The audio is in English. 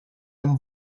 and